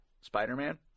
Spider-Man